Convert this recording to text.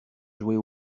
jouer